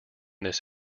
this